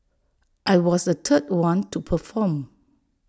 I was the third one to perform